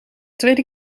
tweede